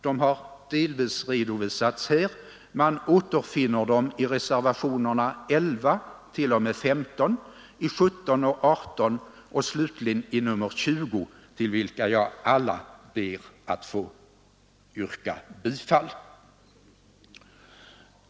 De har delvis redan redovisats här i debatten. Man återfinner dem i reservationerna 11—15, 17, 18 och 20, till vilka jag ber att få yrka bifall.